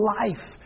life